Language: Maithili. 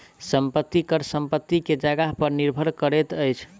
संपत्ति कर संपत्ति के जगह पर निर्भर करैत अछि